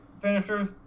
finishers